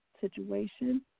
situation